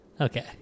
Okay